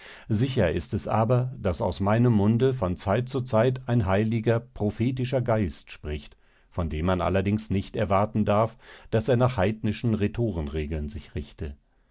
sicher ist es aber daß aus meinem munde von zeit zu zeit ein heiliger prophetischer geist spricht von dem man allerdings nicht erwarten darf daß er nach heidnischen rhetorenregeln sich richte